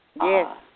Yes